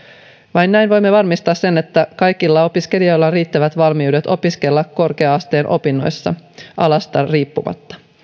vain näin voimme varmistaa sen että kaikilla opiskelijoilla on riittävät valmiudet opiskella korkea asteen opinnoissa alasta riippumatta